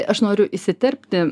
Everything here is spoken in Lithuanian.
aš noriu įsiterpti